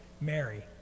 Mary